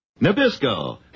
Nabisco